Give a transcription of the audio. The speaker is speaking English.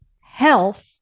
health